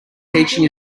teaching